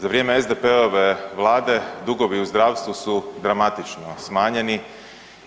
Za vrijeme SDP-ove Vlade dugovi u zdravstvu su dramatično smanjeni